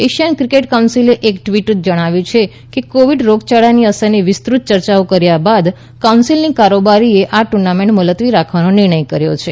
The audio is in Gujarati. એશિયન ક્રિકેટ કાઉન્સિલે એક ટ્વિટમાં જણાવ્યું છે કે કોવિડ રોગયાળાની અસરના વિસ્તૃત ચર્ચાઓ કર્યા બાદ કાઉન્સિલની કારોબારીએ દ્રર્નામેન્ટ મુલતવી રાખવાનો નિર્ણય કર્યો છે